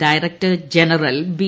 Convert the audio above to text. director general B